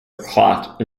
clock